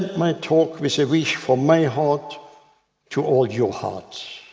my talk with a wish from my heart to all your hearts.